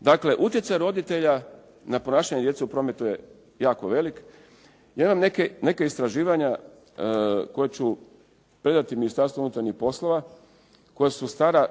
Dakle, utjecaj roditelja na ponašanje djece u prometu je jako velik. Ja imam neka istraživanja koja ću predati Ministarstvu unutarnjih poslova koja su stara